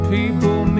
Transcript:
People